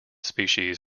species